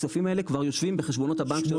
הכספים האלה כבר יושבים בחשבונות הבנק של המגדלים.